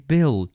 Bill